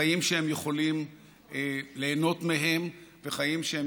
חיים שהם יכולים ליהנות מהם וחיים שבהם